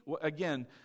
again